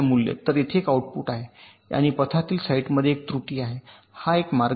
तर येथे एक आउटपुट आहे आणि पथातील साइटमध्ये एक त्रुटी आहे हा एक मार्ग आहे